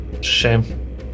Shame